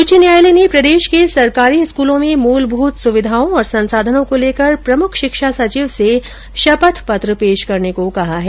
उच्च न्यायालय ने प्रदेश के सरकारी स्कूलों में मूलभूत सुविधाओं और संसाधनों को लेकर प्रमुख शिक्षा सचिव से शपथ पत्र पेश करने को कहा है